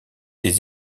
des